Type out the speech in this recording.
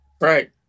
Right